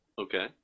Okay